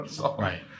Right